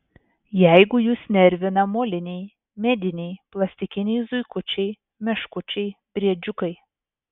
jeigu jus nervina moliniai mediniai plastikiniai zuikučiai meškučiai briedžiukai